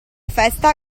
festa